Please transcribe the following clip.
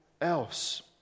else